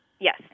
Yes